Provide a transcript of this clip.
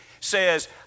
says